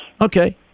Okay